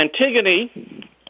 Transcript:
Antigone